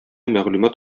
мәгълүмат